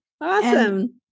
Awesome